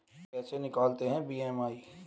कैसे निकालते हैं बी.एम.आई?